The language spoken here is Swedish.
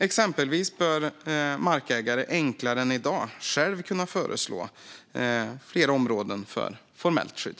Exempelvis bör markägare enklare än i dag själva kunna föreslå fler områden för formellt skydd.